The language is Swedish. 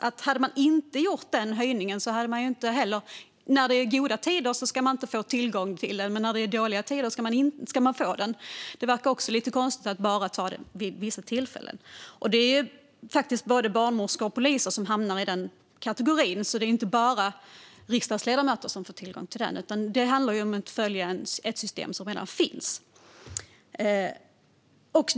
Skulle man alltså inte få tillgång till den i goda tider utan bara i dåliga tider? Det verkar lite konstigt att bara göra den vid vissa tillfällen. Det är faktiskt också både barnmorskor och poliser som hamnar i den här kategorin, inte bara riksdagsledamöter. Det handlar om att följa ett system som redan finns.